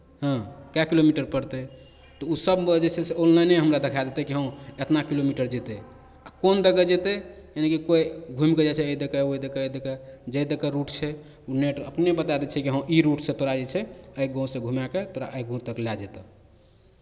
हँ कए किलोमीटर पड़तै तऽ ओसभ जे छै से ऑनलाइने हमरा देखा देतै कि हँ इतना किलोमीटर जेतै आ कोन दऽ कऽ जेतै यानि कि कोइ घुमि कऽ जाइ छै एहि दऽ कऽ ओहि दऽ कऽ एहि दऽ कऽ जाहि दऽ कऽ रूट छै ओ नेट अपने बता दै छै कि हँ ई रूटसँ तोरा जे छै एहि गाँवसँ घुमा कऽ तोरा एहि गाँव तक लए जयतह